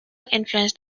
influenced